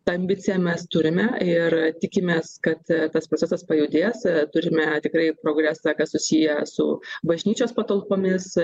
tą ambiciją mes turime ir tikimės kad tas procesas pajudės turime tikrai progresą kas susiję su bažnyčios patalpomis